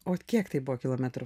o kiek tai buvo kilometrų